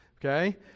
Okay